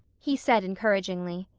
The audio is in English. he said encouragingly.